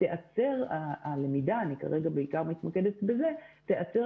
תיעצר הלמידה אני כרגע בעיקר מתמקדת בזה תיעצר